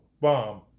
bomb